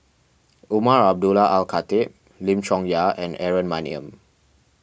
Umar Abdullah Al Khatib Lim Chong Yah and Aaron Maniam